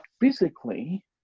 physically